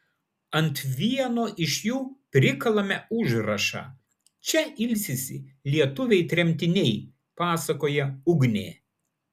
ant vieno iš jų prikalame užrašą čia ilsisi lietuviai tremtiniai pasakoja ugnė